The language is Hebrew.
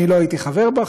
לא הייתי חבר בה,